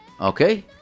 okay